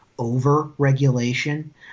over-regulation